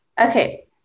Okay